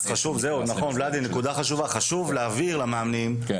זוהי נקודה חשובה, ולדי.